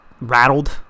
rattled